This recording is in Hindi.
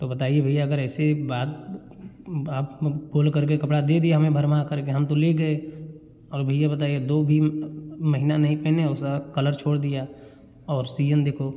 तो बताइए भैया अगर ऐसी ही बात आप फ़ोन करके कपड़ा दे दिये हमें भरमा करके हम तो ले गए और भैया बताइए दो भी महीना नहीं पहने और सब कलर छोड़ दिया और सीयन देखो